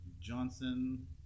Johnson